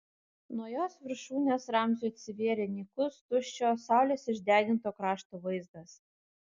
nuo jos viršūnės ramziui atsivėrė nykus tuščio saulės išdeginto krašto vaizdas